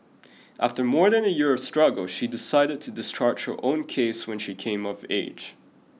after more than a year of struggle she decided to discharge her own case when she came of age